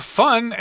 fun